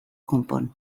konpon